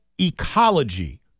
Ecology